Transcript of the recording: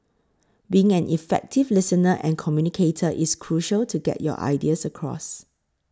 being an effective listener and communicator is crucial to get your ideas across